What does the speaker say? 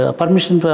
permission